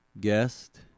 guest